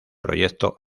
proyecto